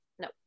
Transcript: no